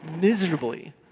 miserably